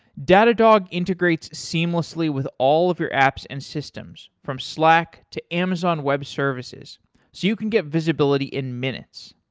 datadog integrates seamlessly with all of your apps and systems from slack, to amazon web services, so you can get visibility in minutes.